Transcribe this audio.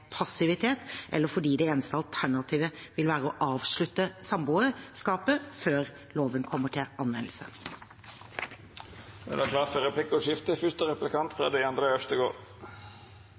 passivitet eller fordi det eneste alternativet vil være å avslutte samboerskapet før loven kommer til anvendelse. Det vert replikkordskifte.